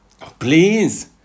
please